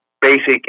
basic